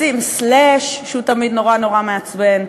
לשים סלאש שהוא תמיד נורא נורא מעצבן.